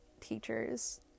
teachers